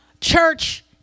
Church